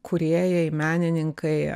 kūrėjai menininkai